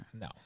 No